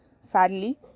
sadly